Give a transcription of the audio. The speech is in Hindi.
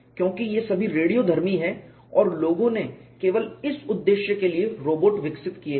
क्योंकि यह सभी रेडियोधर्मी है और लोगों ने केवल इस उद्देश्य के लिए रोबोट विकसित किए हैं